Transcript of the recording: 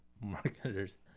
marketers